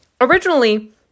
originally